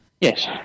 Yes